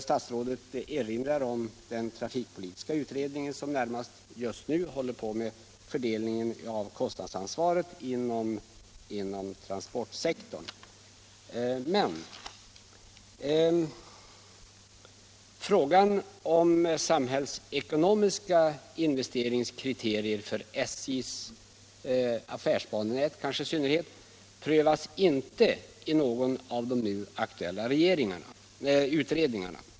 Statsrådet erinrar om den trafikpolitiska utredningen, som just nu håller på med fördelningen av kostnadsansvaret inom transportsektorn. Men frågan om samhällsekonomiska investeringskriterier för SJ:s affärsbanenät, kanske i synnerhet, prövas inte i någon av de nu aktuella utredningarna.